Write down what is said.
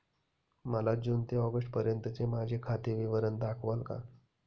मला जून ते ऑगस्टपर्यंतचे माझे खाते विवरण दाखवाल का?